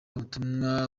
ubutumwa